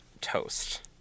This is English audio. toast